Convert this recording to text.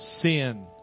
sin